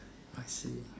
I see